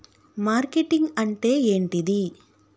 Marketing అంటే ఏంటిది?